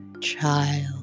child